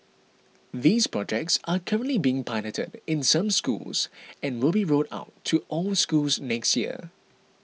these projects are currently being piloted in some schools and will be rolled out to all schools next year